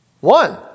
One